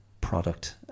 product